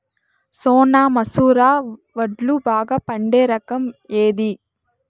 సోనా మసూర వడ్లు బాగా పండే రకం ఏది